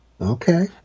okay